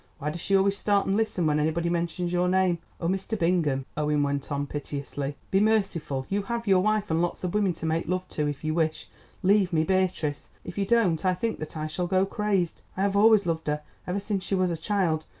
why does she always start and listen when anybody mentions your name? oh, mr. bingham, owen went on piteously, be merciful you have your wife and lots of women to make love to if you wish leave me beatrice. if you don't i think that i shall go crazed. i have always loved her, ever since she was a child,